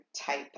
type